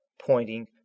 pointing